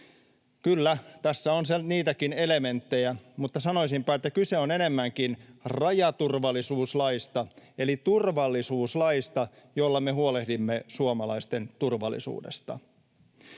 Kyllä, tässä on niitäkin elementtejä, mutta sanoisinpa, että kyse on enemmänkin rajaturvallisuuslaista eli turvallisuuslaista, jolla me huolehdimme suomalaisten turvallisuudesta.